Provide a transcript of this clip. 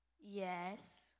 Yes